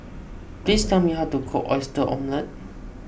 please tell me how to cook Oyster Omelette